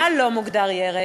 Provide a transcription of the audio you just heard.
מה לא מוגדר ירק,